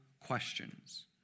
questions